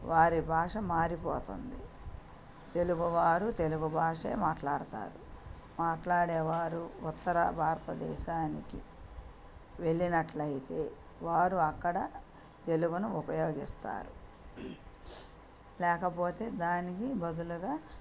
వారి భాష మారిపోతోంది తెలుగువారు తెలుగు భాషే మాట్లాడతారు మాట్లాడేవారు ఉత్తర భారతదేశానికి వెళ్ళినట్లయితే వారు అక్కడ తెలుగును ఉపయోగిస్తారు లేకపోతే దానికి బదులుగా